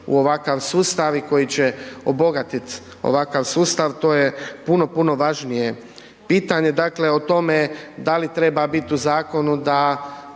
u ovakav sustav i koji će obogatit ovakav sustav, to je puno, puno važnije. Pitanje o tome da li treba biti u zakonu da